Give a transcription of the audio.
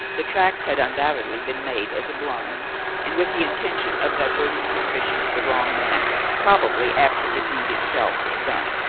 the tracks had undoubtedly been made as a blind and with the intention of diverting suspicion to the wrong man probably after the deed itself was done.